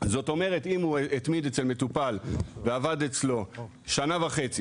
זאת אומרת אם הוא התמיד אצל מטופל ועבד אצלו בשביל הדוגמה שנה וחצי,